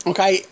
Okay